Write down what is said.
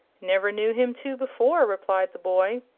never knew him to, before, replied the boy.